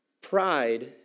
Pride